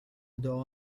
دعا